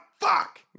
fuck